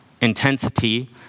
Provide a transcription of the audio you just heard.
intensity